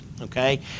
okay